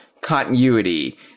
continuity